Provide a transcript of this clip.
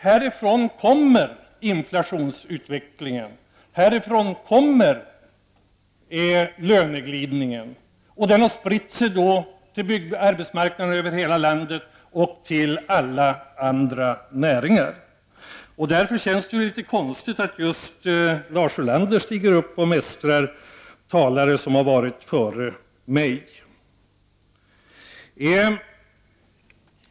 Härifrån kommer inflationsutvecklingen, härifrån kommer löneglidningen, och den har spritt sig till byggarbetsmarknaden över hela landet och även till alla andra näringar. Därför känns det litet konstigt att just Lars Ulander stiger upp och mästrar talare före mig.